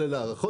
אבל אלה הערכות.